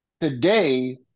Today